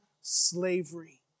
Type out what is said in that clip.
slavery